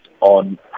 on